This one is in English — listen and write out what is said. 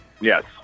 Yes